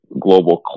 global